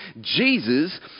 Jesus